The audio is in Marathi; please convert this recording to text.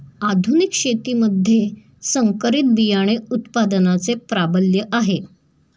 आधुनिक शेतीमध्ये संकरित बियाणे उत्पादनाचे प्राबल्य आहे